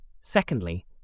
Secondly